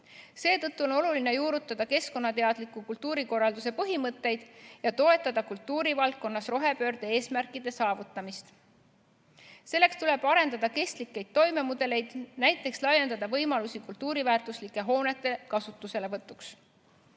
Seetõttu on oluline juurutada keskkonnateadliku kultuurikorralduse põhimõtteid ja toetada kultuurivaldkonnas rohepöörde eesmärkide saavutamist. Selleks tuleb arendada kestlikke toimemudeleid, näiteks laiendada võimalusi kultuuriväärtuslike hoonete kasutuselevõtuks.